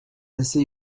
essaie